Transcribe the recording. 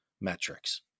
metrics